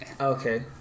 Okay